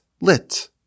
lit